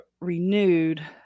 renewed